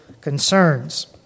concerns